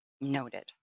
Noted